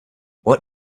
what